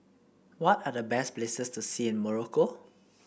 what are the best places to see in Morocco